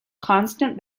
constant